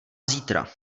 zítra